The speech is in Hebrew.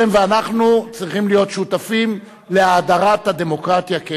אתם ואנחנו צריכים להיות שותפים להאדרת הדמוקרטיה.